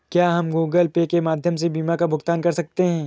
क्या हम Google Pay के माध्यम से बीमा का भुगतान कर सकते हैं?